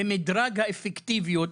במדרג האפקטיביות,